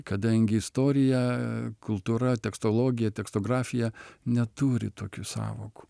kadangi istorija kultūra tekstologija tekstografija neturi tokių sąvokų